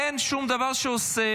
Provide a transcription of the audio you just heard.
למה להסתתר --- אין שום דבר שאוסר,